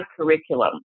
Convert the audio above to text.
curriculum